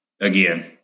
Again